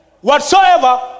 Whatsoever